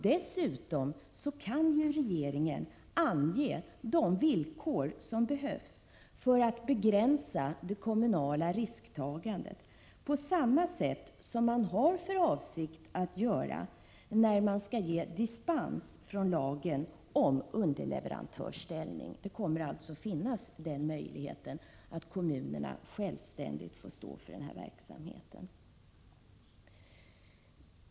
Dessutom kan regeringen ange de villkor som behövs för att begränsa det kommunala risktagandet, på samma sätt som man har för avsikt att göra i fråga om dispens från lagen om underleverantörsställning. Det kommer ju att finnas en möjlighet för kommunerna att självständigt stå för den här verksamheten.